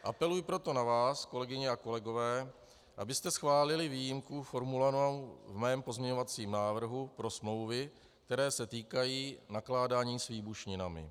Apeluji proto na vás, kolegyně a kolegové, abyste schválili výjimku formulovanou v mém pozměňovacím návrhu pro smlouvy, které se týkají nakládání s výbušninami.